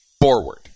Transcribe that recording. forward